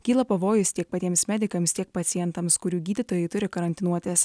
kyla pavojus tiek patiems medikams tiek pacientams kurių gydytojai turi karantinuotis